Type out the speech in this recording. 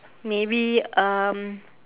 maybe um